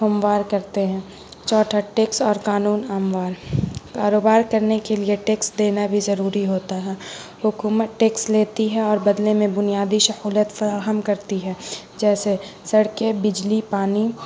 ہموار کرتے ہیں چوتھا ٹیکس اور قانون اموال کاروبار کرنے کے لیے ٹیکس دینا بھی ضروری ہوتا ہے حکومت ٹیکس لیتی ہے اور بدلے میں بنیادی سہولت فراہم کرتی ہے جیسے سڑکیں بجلی پانی